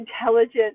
intelligent